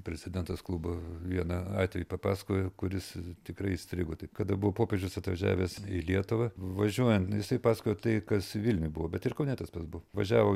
prezidentas klubo vieną atvejį papasakojo kuris tikrai įstrigo taip kada buvo popiežius atvažiavęs į lietuvą važiuojant jisai pasakojo tai kas vilniuj buvo bet ir kaune tas pats buvo važiavo